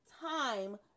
time